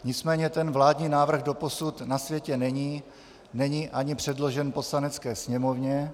Nicméně vládní návrh doposud na světě není, není ani předložen Poslanecké sněmovně...